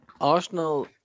Arsenal